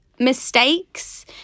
Mistakes